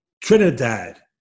Trinidad